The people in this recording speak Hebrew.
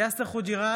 יאסר חוג'יראת,